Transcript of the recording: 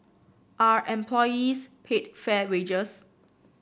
are employees paid fair wages